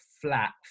flat